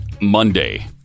Monday